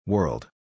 World